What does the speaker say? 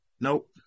Nope